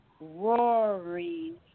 roaring